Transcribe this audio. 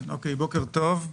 בוקר טוב,